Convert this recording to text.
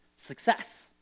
success